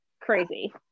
Crazy